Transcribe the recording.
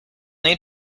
need